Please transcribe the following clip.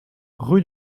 rue